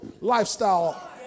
lifestyle